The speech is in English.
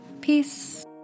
Peace